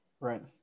Right